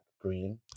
green